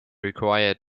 required